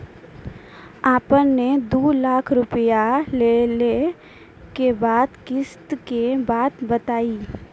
आपन ने दू लाख रुपिया लेने के बाद किस्त के बात बतायी?